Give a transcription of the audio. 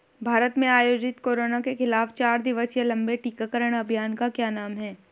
भारत में आयोजित कोरोना के खिलाफ चार दिवसीय लंबे टीकाकरण अभियान का क्या नाम है?